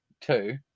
Two